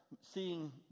seeing